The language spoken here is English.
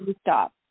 stop